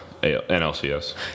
NLCS